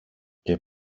και